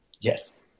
Yes